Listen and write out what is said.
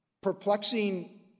perplexing